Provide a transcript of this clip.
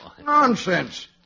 Nonsense